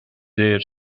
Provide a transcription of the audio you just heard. their